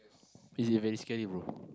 is it very scary bro